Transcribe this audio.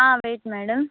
wait madam